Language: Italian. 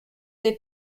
due